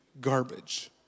garbage